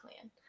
plan